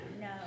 No